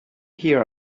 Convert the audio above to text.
here